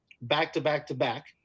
back-to-back-to-back